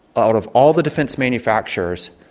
out of all the defence manufacturers,